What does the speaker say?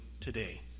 today